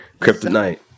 Kryptonite